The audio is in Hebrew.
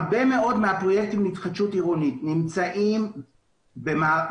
הרבה מאוד מהפרויקטים בהתחדשות עירונית נמצאים בדרום